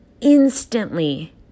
instantly